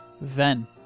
Ven